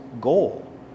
goal